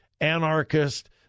anarchist